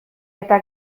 eta